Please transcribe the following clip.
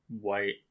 white